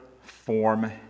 form